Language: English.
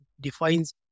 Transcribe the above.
Defines